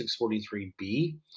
643B